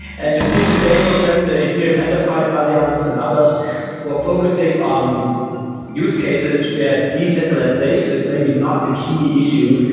and just see today for example the ethereum enterprise, alliance and others were focusing on use cases to be a decentralized stage and is maybe not the key issue,